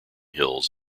hills